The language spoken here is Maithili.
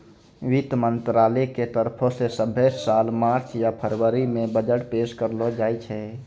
वित्त मंत्रालय के तरफो से सभ्भे साल मार्च या फरवरी मे बजट पेश करलो जाय छै